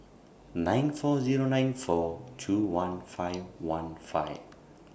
nine four Zero nine four two one five one five